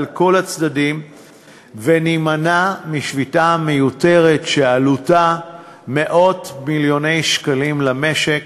כל הצדדים ונימנע משביתה מיותרת שעלותה מאות-מיליוני שקלים למשק.